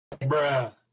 Bruh